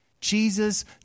Jesus